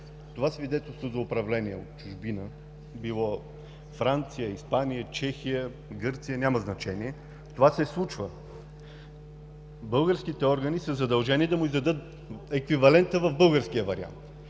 това свидетелство за управление от чужбина – било Франция, Испания, Чехия, Гърция – няма значение, това се случва. Българските органи са задължени да му издадат еквивалента в български вариант.